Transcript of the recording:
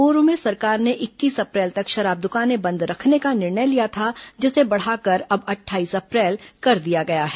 पूर्व में सरकार ने इक्कीस अप्रैल तक शराब दुकानें बंद रखने का निर्णय लिया था जिसे बढ़ाकर अब अट्ठाईस अप्रैल कर दिया गया है